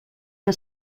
que